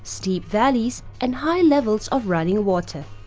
steep valleys and high levels of running water.